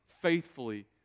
faithfully